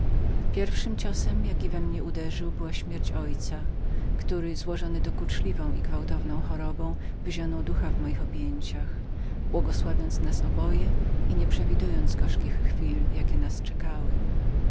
dowiesz pierwszym ciosem jaki na mnie uderzył była śmierć mego ojca który złożony dokuczliwą i gwałtowną chorobą wyzionął ducha w moich objęciach błogosławiąc nas oboje i nie przewidując gorzkich chwil jakie nas czekały